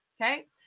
okay